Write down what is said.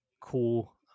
cool